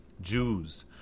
jews